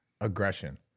aggression